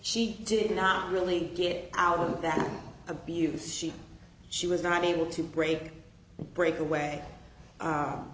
she did not really get out of that abuse she she was not able to break break away